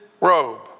robe